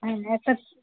হ্যাঁ একটা